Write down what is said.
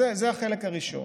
זה החלק הראשון.